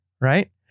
right